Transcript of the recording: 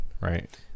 right